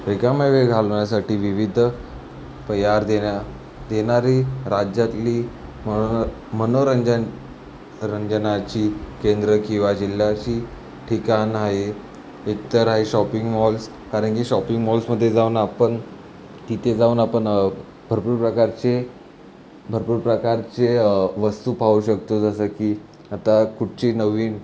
रिकामा वेळ घालवण्यासाठी विविध पर्याय देणा देणारी राज्यातली मनो मनोरंजन रंजनाची केंद्र किंवा जिल्ह्याची ठिकाणं आहेत एकतर आहे शॉपिंग मॉल्स कारण की शॉपिंग मॉल्समध्ये जाऊन आपण तिथे जाऊन आपण भरपूर प्रकारचे भरपूर प्रकारचे वस्तू पाहू शकतो जसं की आता कुठची नवीन